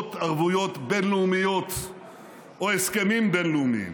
שוות ערבויות בין-לאומיות או הסכמים בין-לאומיים.